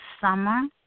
summer